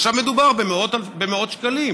עכשיו, מדובר במאות שקלים.